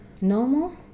normal